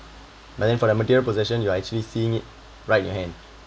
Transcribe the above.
but then for the material possession you are actually seeing it right your hand